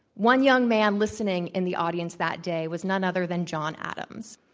one young man listening in the audience that day was none other than john adams.